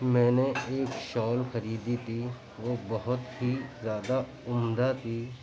میں نے ایک شال خریدی تھی وہ بہت ہی زیادہ عمدہ تھی